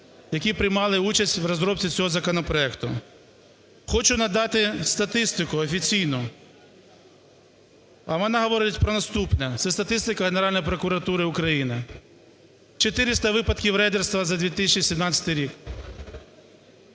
які приймали участь в розробці цього законопроекту. Хочу надати статистику офіційну, а вона говорить про наступне – це статистика Генеральної прокуратури України: 400 випадків рейдерства за 2017 рік,